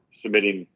submitting